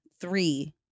three